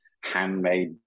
handmade